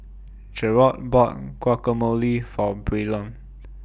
Jerod bought Guacamole For Braylon